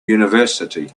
university